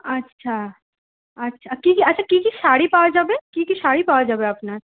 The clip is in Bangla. আচ্ছা আচ্ছা কী কী আচ্ছা কী কী শাড়ি পাওয়া যাবে কী কী শাড়ি পাওয়া যাবে আপনার